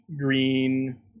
green